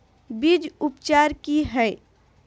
बीज उपचार कि हैय?